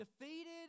defeated